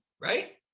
right